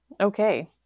okay